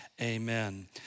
Amen